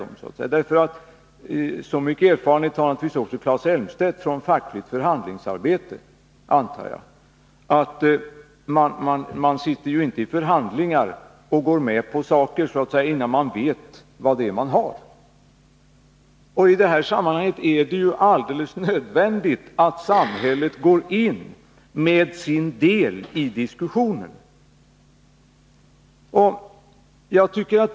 Jag antar att Claes Elmstedt har så mycket erfarenhet från fackligt förhandlingsarbete att han vet att man inte, när man sitter i förhandlingar, går med på saker innan man vet alla detaljer. Och i det här sammanhanget är det alldeles nödvändigt att samhället går in i diskussionen och talar om vad samhället kan erbjuda.